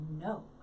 no